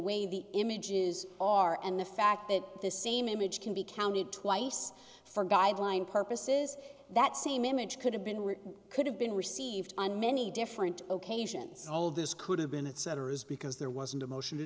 way the images are and the fact that the same image can be counted twice for guideline purposes that same image could have been written could have been received on many different occasions all this could have been etc is because there wasn't a motion